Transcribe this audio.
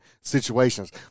situations